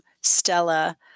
Stella